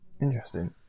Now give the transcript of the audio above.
Interesting